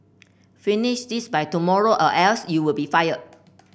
finish this by tomorrow or else you will be fired